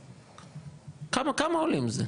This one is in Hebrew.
כמה עולים זה?